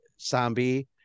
Zombie